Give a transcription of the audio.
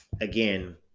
Again